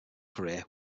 career